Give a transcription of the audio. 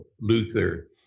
Luther